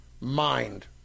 mind